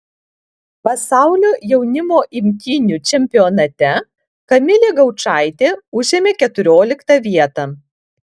pasaulio jaunimo imtynių čempionate kamilė gaučaitė užėmė keturioliktą vietą